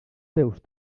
teus